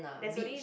there is only